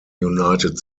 united